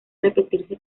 repetirse